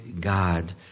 God